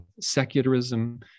secularism